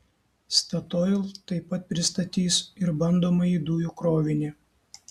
statoil taip pat pristatys ir bandomąjį dujų krovinį